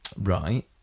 Right